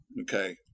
Okay